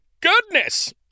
goodness